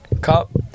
Cup